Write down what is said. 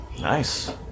Nice